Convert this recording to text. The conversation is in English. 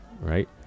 right